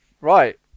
right